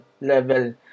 level